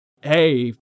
hey